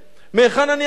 היכן אני אקצץ?